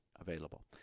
available